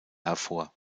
hervor